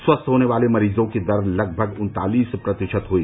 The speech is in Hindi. स्वस्थ होने वाले मरीजों की दर लगभग उन्तालीस प्रतिशत हुई